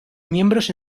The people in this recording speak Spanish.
miembros